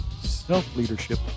self-leadership